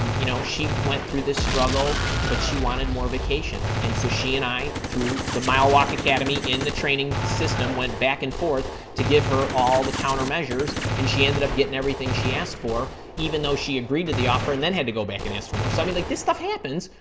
you know she went through this struggle, but she wanted more vacation. and so she and i through the mile walk academy in the training system went back and forth to give her all the counter measures and she ended up getting everything she asked for, even though she agreed to the offer and then had to go back and ask for more. so i mean, like this stuff happens,